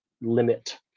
limit